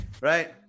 Right